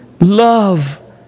love